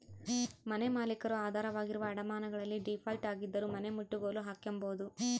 ಮನೆಮಾಲೀಕರು ಆಧಾರವಾಗಿರುವ ಅಡಮಾನಗಳಲ್ಲಿ ಡೀಫಾಲ್ಟ್ ಆಗಿದ್ದರೂ ಮನೆನಮುಟ್ಟುಗೋಲು ಹಾಕ್ಕೆಂಬೋದು